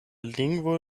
lingvo